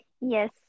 Yes